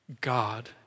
God